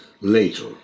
later